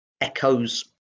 echoes